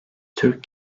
türk